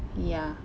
ya